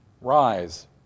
Rise